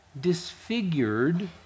disfigured